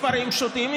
מספרים פשוטים,